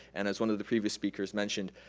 and as one of the previous speakers mentioned,